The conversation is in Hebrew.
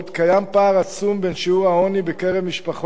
קיים פער עצום בין שיעור העוני בקרב משפחות